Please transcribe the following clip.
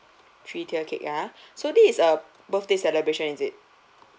three tier cake ah so this is a birthday celebration is it